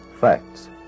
facts